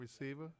receiver